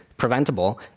preventable